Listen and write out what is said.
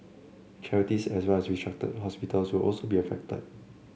charities as well as restructured hospitals will also be affected